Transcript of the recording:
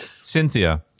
Cynthia